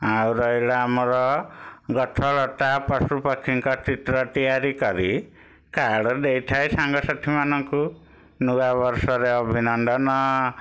ଆଉ ରହିଲା ଆମର ଗଛଲତା ପଶୁ ପକ୍ଷୀଙ୍କ ଚିତ୍ର ତିଆରି କରି କାର୍ଡ଼ ଦେଇଥାଏ ସାଙ୍ଗସାଥୀ ମାନଙ୍କୁ ନୂଆ ବର୍ଷରେ ଅଭିନନ୍ଦନ